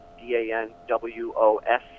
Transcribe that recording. D-A-N-W-O-S